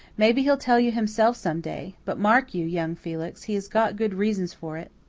maybe he'll tell you himself some day. but, mark you, young felix, he has got good reasons for it